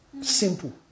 simple